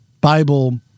Bible